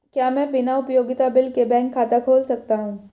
क्या मैं बिना उपयोगिता बिल के बैंक खाता खोल सकता हूँ?